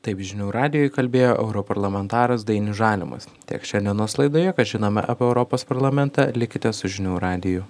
taip žinių radijui kalbėjo europarlamentaras dainius žalimas tiek šiandienos laidoje ką žinome apie europos parlamentą likite su žinių radiju